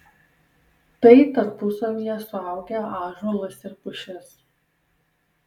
tai tarpusavyje suaugę ąžuolas ir pušis